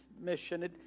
Mission